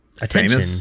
Attention